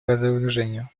разоружению